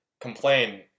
complain